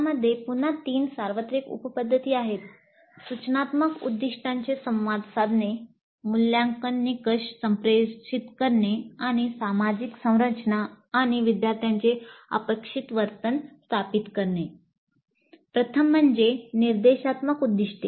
यामध्ये पुन्हा तीन सार्वत्रिक उप पद्धती आहेत सूचनात्मक उद्दिष्टांचे संवाद साधने मूल्यांकन निकष संप्रेषित करणे आणि सामाजिक संरचना आणि विद्यार्थ्यांचे अपेक्षित वर्तन स्थापित करणे प्रथम म्हणजे निर्देशात्मक उद्दीष्टे